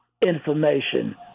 information